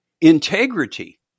integrity